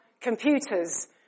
computers